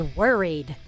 worried